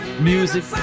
Music